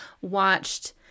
watched